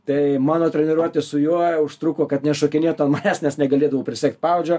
tai mano treniruotė su juo užtruko kad nešokinėtų ant manęs nes negalėdavau prisegt pavadžio